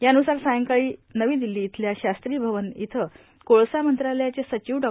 यानुसार सायंकाळी नवी दिल्लो इथल्या शास्त्री भवन इथ कोळसा मंत्रालयाचे र्साचव डॉ